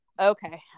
okay